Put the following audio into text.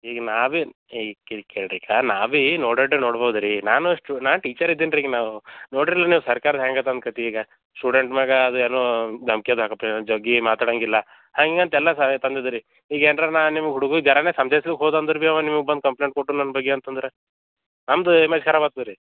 ಈಗ ನಾವೇನು ಹೇ ಈಗ ಕೇಳಿ ಕೇಳಿ ರಿ ಈಗ ನಾವೇ ನೋಡಷ್ಟು ನೋಡ್ಬೋದು ರೀ ನಾನು ಸ್ಟು ನಾ ಟೀಚರ್ ಇದ್ದೀನಿ ರೀ ಈಗ ನಾವೂ ನೋಡಿರಿಲ್ಲಿ ನೀವು ಸರ್ಕಾರ ಹ್ಯಾಂಗೆ ಅದ ಅಂತ ಕತೆ ಈಗ ಸ್ಟೂಡೆಂಟ್ ಮ್ಯಾಗೆ ಅದು ಏನು ದಮ್ಕಿ ಅದ ಹಾಕಪ್ಪ ಜಗ್ಗಿ ಮಾತಾಡೋಂಗಿಲ್ಲ ಹಂಗೆ ಅಂತ ಎಲ್ಲ ಸಹಾಯ ತಂದಿದೆ ರೀ ಈಗ ಏನರ ನಾನು ನಿಮ್ಮ ಹುಡ್ಗುಗೆ ಜರಾನ ಸಮ್ಜಾಯ್ಸ್ಲಿಕೆ ಹೋದೆ ಅಂದರೆ ಬೀ ಅವ ನಿಮ್ಗೆ ಬಂದು ಕಂಪ್ಲೇಟ್ ಕೊಟ್ಟರು ನನ್ನ ಬಗ್ಗಿ ಅಂತಂದ್ರೆ ನಮ್ಮದು ಇಮೇಜ್ ಕರಾಬ್ ಆಗ್ತದೆ ರೀ